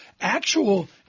Actual